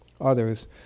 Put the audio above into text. others